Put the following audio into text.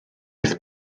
beth